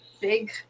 big